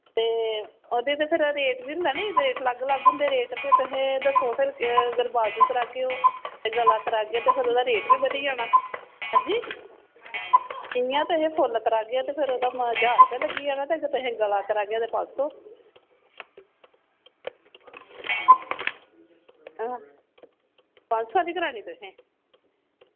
ओह्दे तक्कर बी रेट बी होंदा नी अलग अलग होंदा रेट तुस दसिस्सो फिर अगर बाज़ू करागे हो गला करागे ते फिर ओह्दा रेट बी बदी जाना हां जी इयां फुल्ल करागे ते ओहदा ज्हार रपेआ लग्गी जानां ते जे तुस गला करागे ते पंज सौ हं पंज सौ दी करानीं तुसें